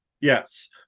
Yes